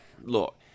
look